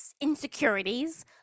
insecurities